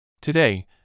Today